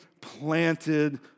planted